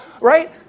right